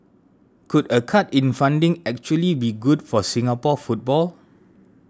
could a cut in funding actually be good for Singapore football